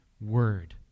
Word